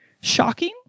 shocking